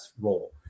role